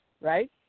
right